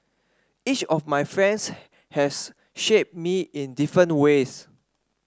each of my friends has shaped me in different ways